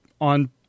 on